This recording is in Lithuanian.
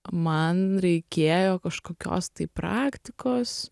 man reikėjo kažkokios tai praktikos